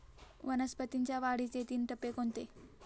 वनस्पतींच्या वाढीचे तीन टप्पे कोणते?